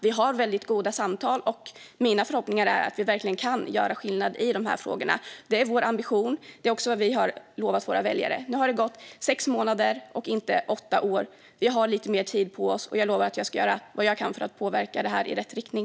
Vi har väldigt goda samtal, och mina förhoppningar är att vi verkligen kan göra skillnad i de här frågorna. Det är vår ambition. Det är också vad vi har lovat våra väljare. Nu har det gått sex månader och inte åtta år. Vi har lite mer tid på oss, och jag lovar att göra vad jag kan för att påverka det här i rätt riktning.